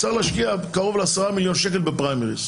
צריך להשקיע קרוב ל-10 מיליון שקל בפריימריז,